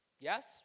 Yes